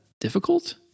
difficult